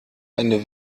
eine